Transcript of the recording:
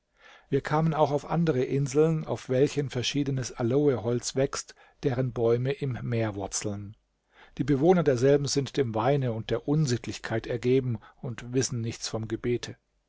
wir kamen auch auf andere inseln auf welchen verschiedenes aloeholz wächst deren bäume im meer wurzeln die bewohner derselben sind dem weine und der unsittlichkeit ergeben und wissen nichts vom gebete